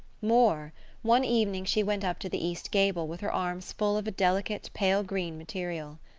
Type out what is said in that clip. more one evening she went up to the east gable with her arms full of a delicate pale green material.